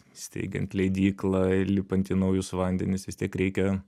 steigiant leidyklą ir lipant į naujus vandenis vis tiek reikia